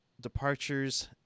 departures